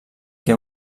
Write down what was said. que